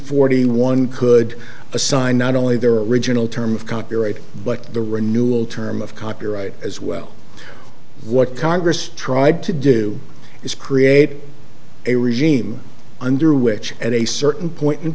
forty one could assign not only their original term of copyright but the renewal term of copyright as well what congress tried to do is create a regime under which at a certain point in